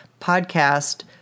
podcast